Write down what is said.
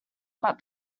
but